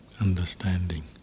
understanding